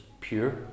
pure